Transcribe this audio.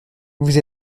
vous